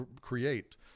create